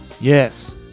Yes